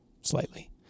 Slightly